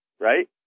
right